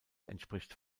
entspricht